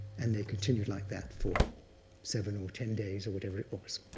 and they continued like that for seven or ten days, or whatever it was.